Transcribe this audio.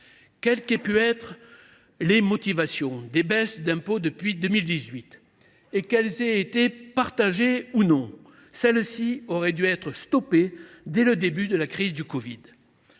Quelles qu’aient pu être les motivations des baisses d’impôts décidées depuis 2018 et qu’elles aient été partagées ou non, lesdites baisses auraient dû être stoppées dès le début de la crise du covid